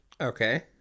Okay